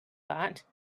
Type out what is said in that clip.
that